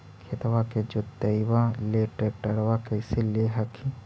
खेतबा के जोतयबा ले ट्रैक्टरबा कैसे ले हखिन?